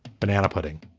banana pudding.